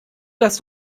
dass